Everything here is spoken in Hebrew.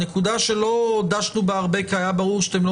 הנקודה שלא דשנו בה הרבה כי היה ברור שאתם לא